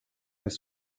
mais